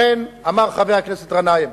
אכן אמר חבר הכנסת גנאים: